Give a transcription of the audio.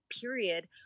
period